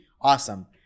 awesome